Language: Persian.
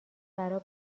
برا